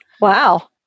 Wow